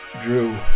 Drew